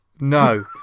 no